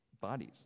bodies